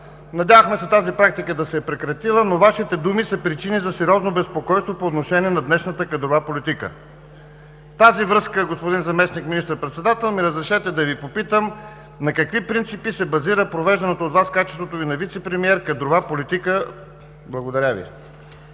Надявахме се тази практика да се е прекратила, но Вашите думи са причина за сериозно безпокойство по отношение на днешната кадрова политика. В тази връзка, господин Заместник министър-председател, ми разрешете да Ви попитам: на какви принципи се базира провежданата от Вас, в качеството Ви на вицепремиер, кадрова политика? Благодаря Ви.